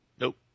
Nope